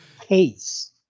case